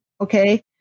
okay